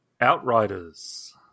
Outriders